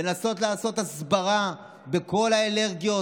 לנסות לעשות הסברה לכל האלרגיות,